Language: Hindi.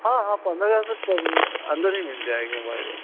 हाँ हाँ पंद्रह हजार से अंदर ही मिल जाएगा मोबाइल अब